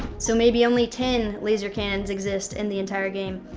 so maybe only ten laser cannons exist in the entire game,